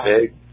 big